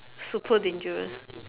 super dangerous